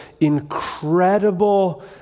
incredible